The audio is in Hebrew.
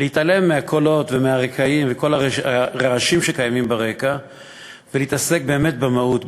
להתעלם מהקולות ומהרקעים ומכל הרעשים שקיימים ברקע ולהתעסק באמת במהות,